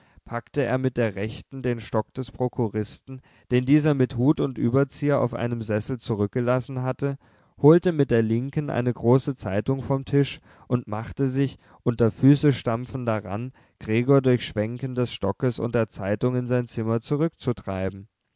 packte er mit der rechten den stock des prokuristen den dieser mit hut und überzieher auf einem sessel zurückgelassen hatte holte mit der linken eine große zeitung vom tisch und machte sich unter füßestampfen daran gregor durch schwenken des stockes und der zeitung in sein zimmer zurückzutreiben